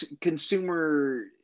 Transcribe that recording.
consumer